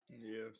yes